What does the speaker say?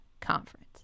conference